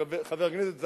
חבר הכנסת זחאלקה,